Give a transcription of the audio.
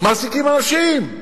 מעסיקים אנשים.